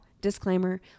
disclaimer